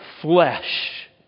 flesh